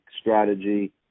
strategy